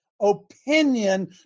opinion